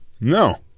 No